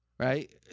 Right